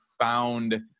found